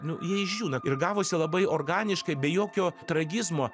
nu jie išdžiuna ir gavosi labai organiškai be jokio tragizmo